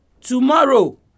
Tomorrow